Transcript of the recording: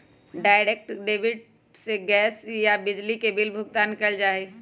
direct debit से gas या बिजली के बिल भुगतान कइल जा हई